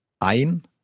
ein